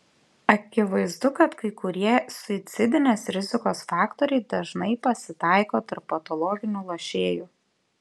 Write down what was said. akivaizdu kad kai kurie suicidinės rizikos faktoriai dažnai pasitaiko tarp patologinių lošėjų